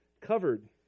covered